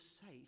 safe